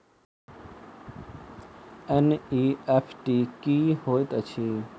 NEFT की होइत अछि?